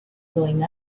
going